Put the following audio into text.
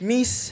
Miss